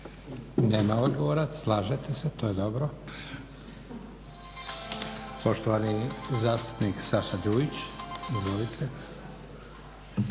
Nema odgovora. Slažete se, to je dobro. Poštovani zastupnik Saša Đujić, izvolite.